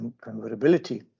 convertibility